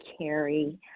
carry